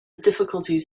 difficulties